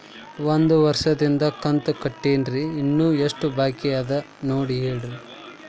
ಒಂದು ವರ್ಷದಿಂದ ಕಂತ ಕಟ್ಟೇನ್ರಿ ಇನ್ನು ಎಷ್ಟ ಬಾಕಿ ಅದ ನೋಡಿ ಹೇಳ್ರಿ